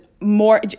more